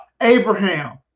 Abraham